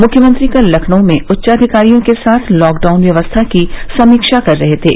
मुख्यमंत्री कल लखनऊ में उच्चाधिकारियों के साथ लॉकडाउन व्यवस्था की समीक्षा कर रहे थे